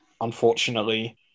unfortunately